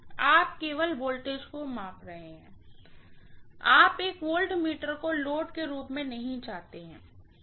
आप केवल वोल्टेज को माप रहे हैं आप एक वोल्टमीटर को लोड के रूप में नहीं चाहते हैं